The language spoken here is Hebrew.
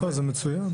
זה מצוין.